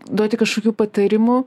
duoti kažkokių patarimų